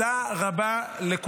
נגד, ארבעה.